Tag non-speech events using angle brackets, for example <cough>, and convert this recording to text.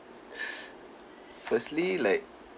<breath> firstly like